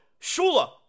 Shula